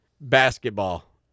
basketball